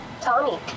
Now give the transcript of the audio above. Tommy